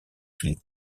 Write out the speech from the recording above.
fil